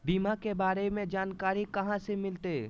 बीमा के बारे में जानकारी कहा से मिलते?